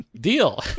Deal